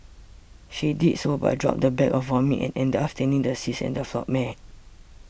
she did so but dropped the bag of vomit and ended up staining the seats and the floor mat